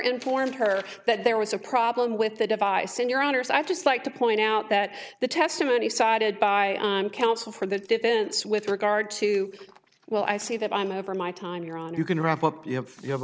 informed her that there was a problem with the device in your honour's i just like to point out that the testimony sided by counsel for the defense with regard to well i see that i'm over my time you're on you can